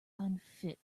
unfit